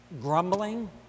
Grumbling